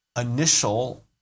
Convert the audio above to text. initial